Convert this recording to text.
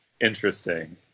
interesting